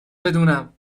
بدونم